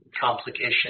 complication